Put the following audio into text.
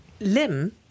Lim